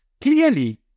Clearly